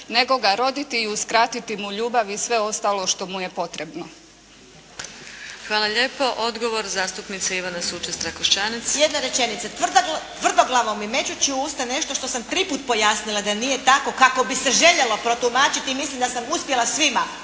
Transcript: nego ga roditi i uskratiti mu ljubav i sve ostalo što mu je potrebno. **Adlešič, Đurđa (HSLS)** Hvala lijepo. Odgovor zastupnica Ivana Sučec-Trakoštanec. **Sučec-Trakoštanec, Ivana (HDZ)** Jedna rečenica. Tvrdoglavo mi mećući u usta nešto što sam tri puta pojasnila da nije tako kako bi se željelo protumačiti i mislim da sam uspjela svima